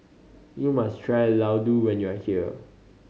you must try Ladoo when you are here